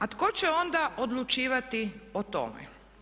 A tko će onda odlučivati o tome?